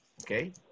Okay